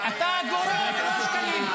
בוא נסיים כאן.